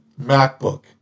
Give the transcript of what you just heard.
MacBook